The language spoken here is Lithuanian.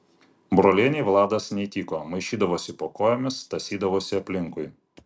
brolienei vladas neįtiko maišydavosi po kojomis tąsydavosi aplinkui